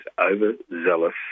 overzealous